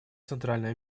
центральной